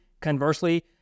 Conversely